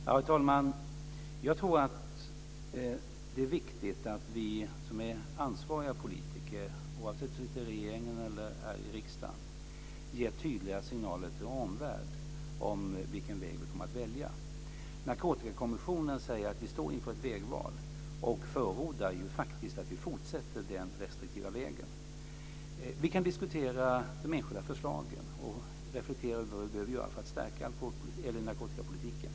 Herr talman! Jag tror att det är viktigt att vi som är ansvariga politiker, oavsett om vi sitter i regeringen eller här i riksdagen, ger tydliga signaler till vår omvärld om vilken väg som vi kommer att välja. Narkotikakommissionen säger att vi står inför ett vägval och förordar faktiskt att vi fortsätter den restriktiva vägen. Vi kan diskutera de enskilda förslagen och reflektera över vad vi behöver göra för att stärka narkotikapolitiken.